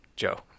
Joe